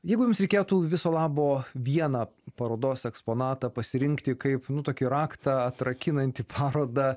jeigu jums reikėtų viso labo vieną parodos eksponatą pasirinkti kaip nutuokiu raktą atrakinantį parodą